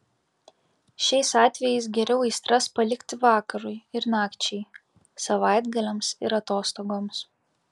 šiais atvejais geriau aistras palikti vakarui ir nakčiai savaitgaliams ir atostogoms